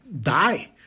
die